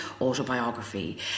autobiography